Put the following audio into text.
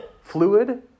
fluid